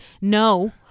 no